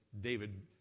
David